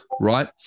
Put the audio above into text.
right